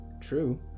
True